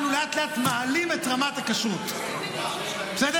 אנחנו לאט-לאט מעלים את רמת הכשרות, בסדר?